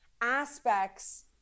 aspects